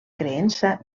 creença